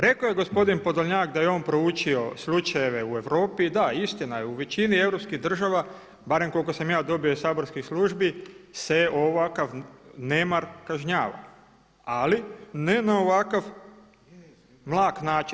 Rekao je gospodin Podolnjak da je on proučio slučajeve u Europi i da, istina je u većini europskih država, barem koliko sam ja dobio iz saborskih službi se ovakav nemar kažnjavao, ali ne na ovakav mlak način.